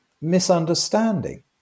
misunderstanding